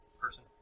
person